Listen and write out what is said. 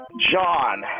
John